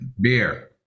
beer